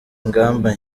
ingamba